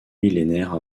millénaire